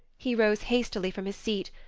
he rose hastily from his seat,